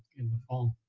in the fall.